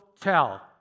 tell